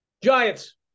Giants